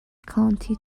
county